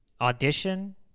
Audition